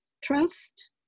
trust